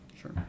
Sure